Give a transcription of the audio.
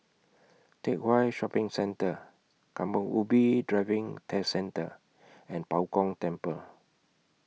Teck Whye Shopping Centre Kampong Ubi Driving Test Centre and Bao Gong Temple